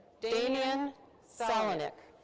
damion salonick.